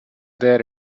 there